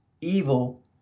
evil